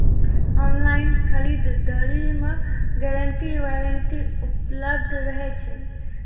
Online खरीद दरी मे गारंटी वारंटी उपलब्ध रहे छै?